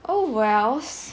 oh wells